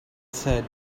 said